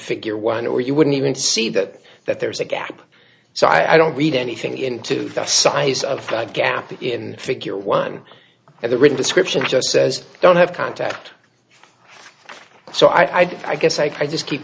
figure one or you wouldn't even see that that there is a gap so i don't read anything into the size of that gap in figure one and the written description just says don't have contact so i guess i just keep